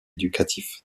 éducatif